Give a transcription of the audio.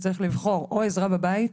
צריך לבחור: או עזרה בבית,